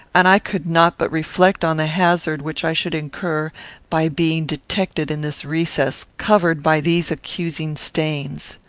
and i could not but reflect on the hazard which i should incur by being detected in this recess, covered by these accusing stains.